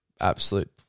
absolute